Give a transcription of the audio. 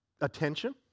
attention